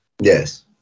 Yes